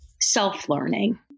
self-learning